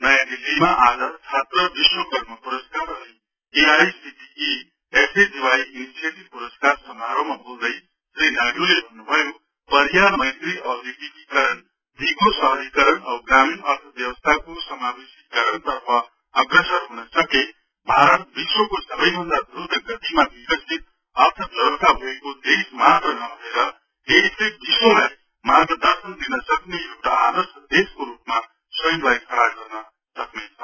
नयाँ दिल्लीमा आज छात्र विश्वकर्म पुरस्कार अनि एआईसिटीई एसएजीवाई इनिसिएटिभ पुरस्कार समारोहमा बोल्दै श्री नायडुले भन्नु भय़ो पर्या मैत्री औधोगिकीकरण दिगो शहरीकरण औ ग्रामीण अर्थव्यवस्थाको समावेशीकरण तर्फ अग्रसर हुन सके भारत विश्वको सबै भन्दा द्रत गतिमा विकसित अर्थव्यवस्था भएको देशमात्र नभएर यसले विश्वलाई मार्ग दर्शन दिनसक्ने एउटा आर्दश देशको रूपमा स्वयंलाई खड़ा गर्न सक्नेछ